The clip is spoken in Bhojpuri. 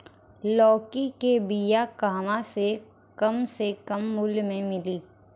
लौकी के बिया कहवा से कम से कम मूल्य मे मिली?